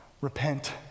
repent